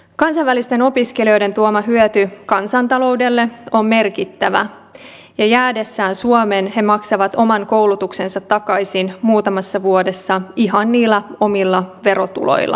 kansainvälisten opiskelijoiden tuoma hyöty kansantaloudelle on merkittävä ja jäädessään suomeen he maksavat oman koulutuksensa takaisin muutamassa vuodessa ihan niillä omilla verotuloillaan